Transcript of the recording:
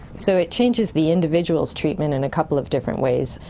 so it changes the individual's treatment in a couple of different ways,